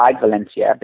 Valencia